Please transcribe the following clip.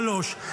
שלוש,